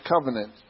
covenant